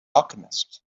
alchemist